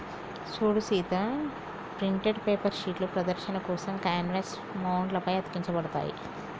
సూడు Sita printed paper షీట్లు ప్రదర్శన కోసం కాన్వాస్ మౌంట్ల పై అతికించబడతాయి